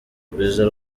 rwiza